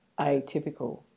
atypical